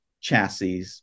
chassis